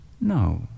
No